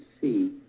see